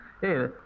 Hey